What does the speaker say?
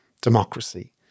democracy